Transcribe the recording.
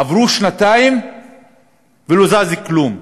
עברו שנתיים ולא זז כלום.